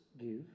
give